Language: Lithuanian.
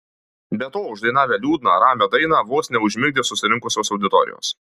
be to uždainavę liūdną ramią dainą vos neužmigdė susirinkusios auditorijos